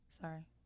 Sorry